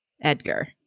Edgar